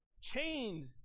chained